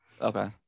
Okay